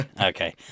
okay